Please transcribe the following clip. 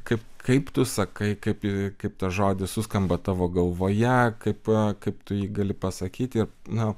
kaip kaip tu sakai kaip kaip tas žodis suskamba tavo galvoje kaip kaip tu jį gali pasakyti na